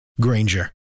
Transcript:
Granger